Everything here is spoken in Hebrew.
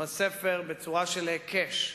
בספר בצורה של היקש.